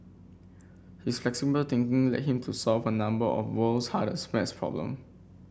his flexible thinking led him to solve a number of world's hardest maths problem